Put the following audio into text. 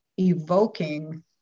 evoking